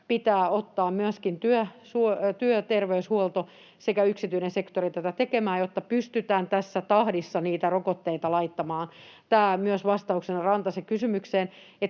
pitää ottaa myöskin työterveyshuolto sekä yksityinen sektori tätä tekemään, jotta pystytään tässä tahdissa niitä rokotteita laittamaan. Tämä myös vastauksena Rantasen kysymykseen: